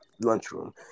lunchroom